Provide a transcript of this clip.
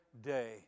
day